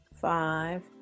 five